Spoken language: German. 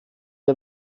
der